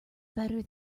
better